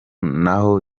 naho